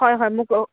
হয় হয় মোক